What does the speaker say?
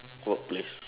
work place